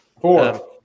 Four